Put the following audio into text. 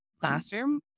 classroom